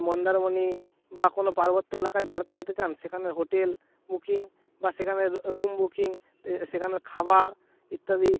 মন্দারমণি বা কোনো পার্বত্য এলাকায় বেড়াতে যেতে চান সেখানের হোটেল বুকিং বা সেখানের রুম বুকিং তা সেখানের খাবার ইত্যাদি